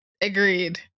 agreed